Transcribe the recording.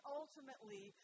ultimately